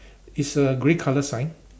it's a grey colour sign